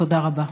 תודה רבה.